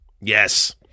Yes